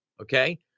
Okay